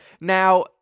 now